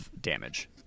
damage